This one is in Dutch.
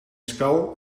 spel